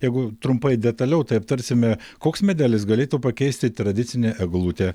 jeigu trumpai detaliau tai aptarsime koks medelis galėtų pakeisti tradicinę eglutę